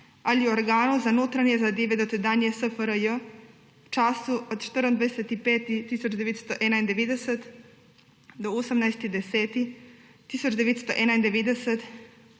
ali organov za notranje zadeve dotedanje SFRJ v času od 24. 5. 1991 do 18. 10. 1991,